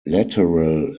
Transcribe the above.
lateral